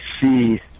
see